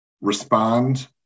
respond